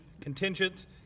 contingent